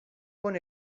con